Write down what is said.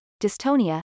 dystonia